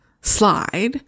slide